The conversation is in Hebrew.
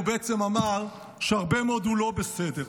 הוא בעצם אמר שהרבה מאוד לא בסדר,